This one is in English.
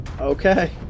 Okay